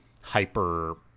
hyper